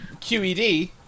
QED